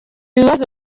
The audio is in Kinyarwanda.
ibibazo